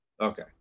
Okay